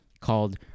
called